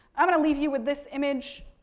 i'm going to leave you with this image.